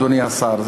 אדוני השר,